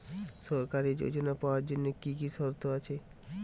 সরকারী যোজনা পাওয়ার জন্য কি কি শর্ত আছে?